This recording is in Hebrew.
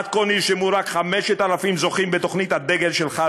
עד כה נרשמו רק 5,000 זוכים בתוכנית הדגל שלך,